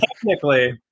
technically